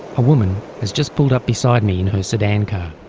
a woman has just pulled up beside me in her sedan car.